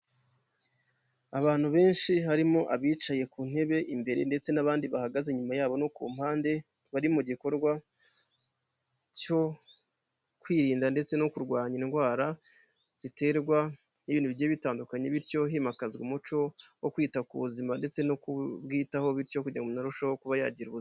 Abantu benshi harimo abicaye ku ntebe imbere ndetse n'abandi bahagaze inyuma yabo no ku mpande, bari mu gikorwa cyo kwirinda ndetse no kurwanya indwara ziterwa n'ibintu bigiye bitandukanye, bityo himakazwa umuco wo kwita ku buzima ndetse no kubwitaho bityo kugira ngo umuntu arusheho kuba yagira ubuzima.